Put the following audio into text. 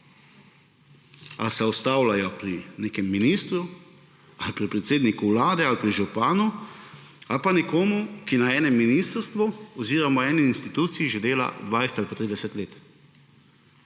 A se ustavljajo pri nekem ministru, ali pri predsedniku Vlade, ali pri županu, ali pa nekomu, ki na enem ministrstvu oziroma eni instituciji že dela 20 ali pa 30 let